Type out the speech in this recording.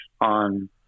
on